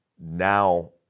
now